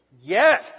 Yes